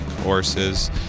courses